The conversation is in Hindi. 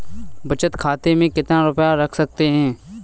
बचत खाते में कितना रुपया रख सकते हैं?